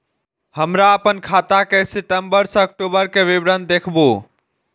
हमरा अपन खाता के सितम्बर से अक्टूबर के विवरण देखबु?